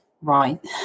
Right